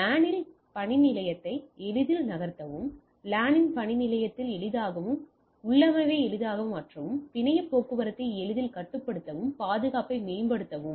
LAN இல் பணிநிலையத்தை எளிதில் நகர்த்தவும் LAN இல் பணிநிலையத்தில் எளிதாகவும் VLAN உள்ளமைவை எளிதாக மாற்றவும் பிணைய போக்குவரத்தை எளிதில் கட்டுப்படுத்தவும் பாதுகாப்பை மேம்படுத்தவும்